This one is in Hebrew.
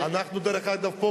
דרך אגב,